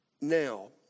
Now